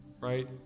right